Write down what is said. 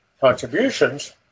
Contributions